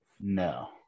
No